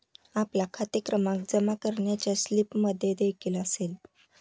आपला खाते क्रमांक जमा करण्याच्या स्लिपमध्येदेखील असेल